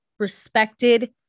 respected